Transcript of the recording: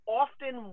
often